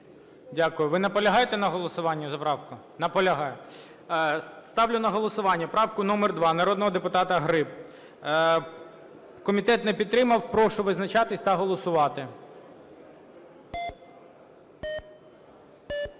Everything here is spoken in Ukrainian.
Дякую. Ви наполягаєте на голосуванні за правку? Наполягає. Ставлю на голосування правку номер 2 народного депутата Гриб. Комітет не підтримав. Прошу визначатись та голосувати.